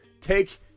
Take